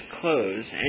clothes